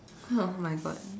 oh my God